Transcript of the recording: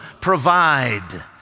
provide